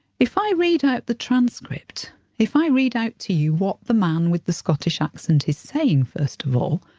if i read out the transcript if i read out to you what the man with the scottish accent is saying first of all,